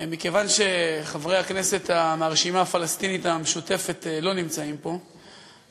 מכיוון שחברי הכנסת מהרשימה הפלסטינית המשותפת לא נמצאים פה,